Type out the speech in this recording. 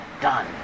done